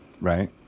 right